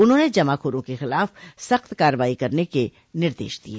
उन्होंने जमाखोरों के खिलाफ सख्त कार्रवाई करने के निर्देश दिये